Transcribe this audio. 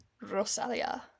Rosalia